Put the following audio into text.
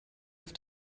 auf